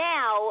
Now